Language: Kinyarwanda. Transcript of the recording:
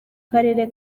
karere